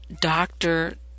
doctor